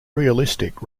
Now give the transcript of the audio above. realistic